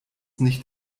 nicht